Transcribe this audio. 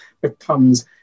becomes